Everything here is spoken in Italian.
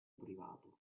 privato